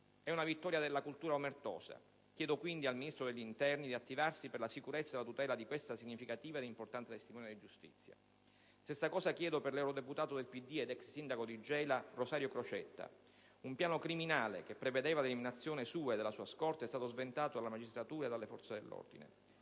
È una vittoria della cultura omertosa. Chiedo, quindi, al Ministro dell'interno di attivarsi per la sicurezza e la tutela di questa significativa ed importante testimone di giustizia. La stessa cosa chiedo per l'eurodeputato del PD ed ex sindaco di Gela Rosario Crocetta. Un piano criminale, che prevedeva l'eliminazione sua e della sua scorta, è stato sventato dalla magistratura e dalle forze dell'ordine.